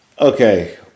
Okay